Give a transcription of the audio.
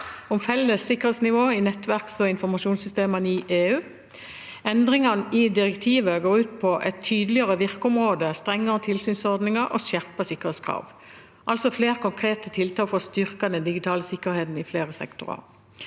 om felles sikkerhetsnivå i nettverks- og informasjonssystemene i EU. Endringene i direktivet går ut på et tydeligere virkeområde, strengere tilsynsordninger og skjerpede sikkerhetskrav, altså flere konkrete tiltak for å styrke den digitale sikkerheten i flere sektorer.